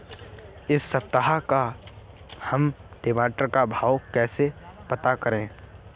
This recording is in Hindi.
इस सप्ताह का हम टमाटर का भाव कैसे पता करें?